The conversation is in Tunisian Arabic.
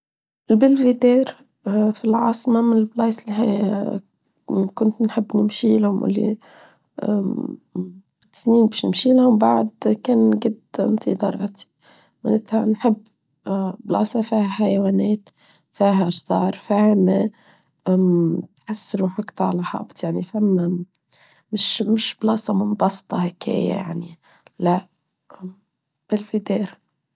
نالفيدير في العاصمة من البلايس اللي كنت نحب نمشي لهم ولي قد سنين باش نمشي لهم وبعد كان قد امتدرت منتها نحب بلاصة فاها حيوانات فاها أخضار فاهمة تحس روحك تعالى حابت يعني فما مش بلاصة منبسطة هكاية يعني لا بالفدير.